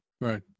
right